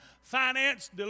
finance